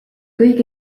kõige